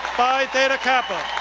phi theta kappa.